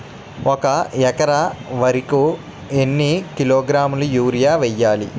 ఒక ఎకర వరి కు ఎన్ని కిలోగ్రాముల యూరియా వెయ్యాలి?